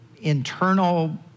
internal